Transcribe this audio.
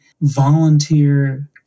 volunteer